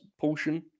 portion